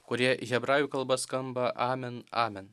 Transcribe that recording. kurie hebrajų kalba skamba amen amen